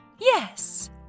Yes